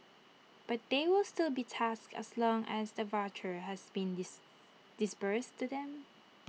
but they will still be taxed as long as the voucher has been dis disbursed to them